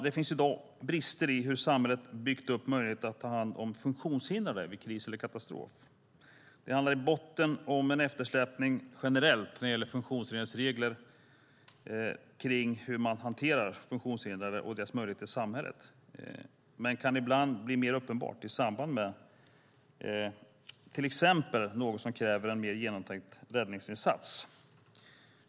Det finns i dag brister i hur samhället byggt upp möjligheterna att ta hand om funktionshindrade vid kris eller katastrof. Det handlar i botten om en generell eftersläpning av reglerna när det gäller funktionshindrades möjligheter i samhället och kan ibland bli särskilt uppenbart exempelvis i samband med att något händer som kräver en mer genomtänkt räddningsinsats.